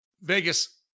Vegas